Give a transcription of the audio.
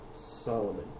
Solomon